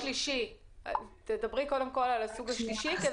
תדברו על הסוג השלישי.